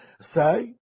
say